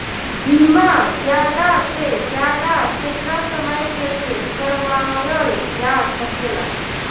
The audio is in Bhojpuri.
बीमा ज्यादा से ज्यादा केतना समय के लिए करवायल जा सकेला?